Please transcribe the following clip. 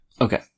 Okay